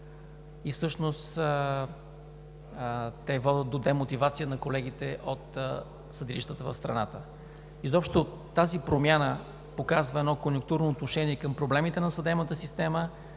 и всъщност те водят до демотивация на колегите от съдилищата в страната. Изобщо тази промяна показва едно конюнктурно отношение към проблемите на съдебната система